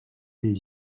les